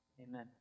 amen